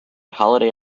holiday